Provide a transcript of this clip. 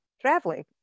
traveling